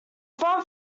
front